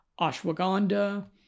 ashwagandha